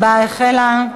ההצבעה החלה.